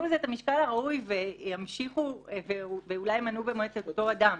לזה את המשקל הראוי וימשיכו ואולי גם ימנו את אותו אדם,